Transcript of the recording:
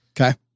Okay